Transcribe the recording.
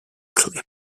clipped